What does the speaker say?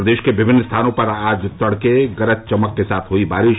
प्रदेश के विभिन्न स्थानों पर आज तड़के गरज चमक के साथ हुई बारिश